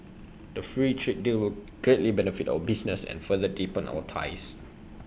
the free trade deal will greatly benefit our businesses and further deepen our ties